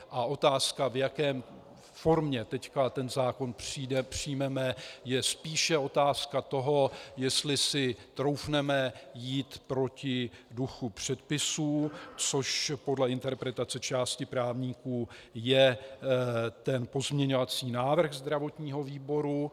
A otázka, v jaké formě teď ten zákon přijmeme, je spíše otázka toho, jestli si troufneme jít proti duchu předpisů, což podle interpretace části právníků je ten pozměňovací návrh zdravotního výboru.